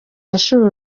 basaba